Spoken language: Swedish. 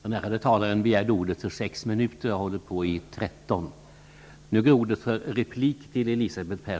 Den ärade talaren begärde ordet för 6 minuter och har hållit på i 13 minuter.